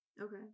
Okay